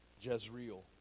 Jezreel